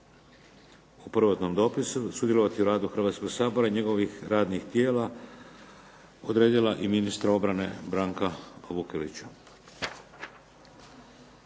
u prvotnom dopisu sudjelovati u radu Hrvatskog sabora i njegovih radnih tijela, odredila i ministra obrane Branka Vukelića.